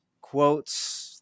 quotes